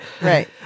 Right